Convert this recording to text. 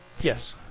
Yes